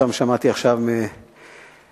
שמעתי עכשיו ממך